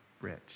rich